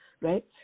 right